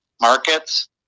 markets